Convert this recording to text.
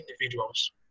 individuals